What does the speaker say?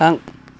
थां